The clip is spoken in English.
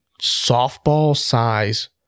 softball-size